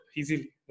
easily